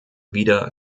wieder